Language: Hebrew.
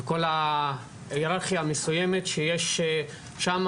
וכל ההיררכיה המסוימת שיש שם,